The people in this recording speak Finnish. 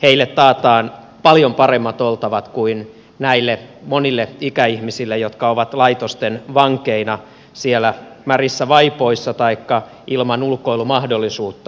heille taataan paljon paremmat oltavat kuin näille monille ikäihmisille jotka ovat laitosten vankeina siellä märissä vaipoissa taikka ilman ulkoilumahdollisuutta